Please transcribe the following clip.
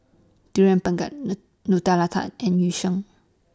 Durian Pengat Nutella Tart and Yu Sheng